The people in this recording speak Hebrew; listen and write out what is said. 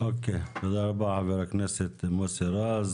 תודה רבה, חבר הכנסת מוסי רז.